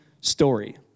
story